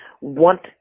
want